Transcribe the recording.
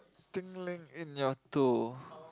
tinkling in your toe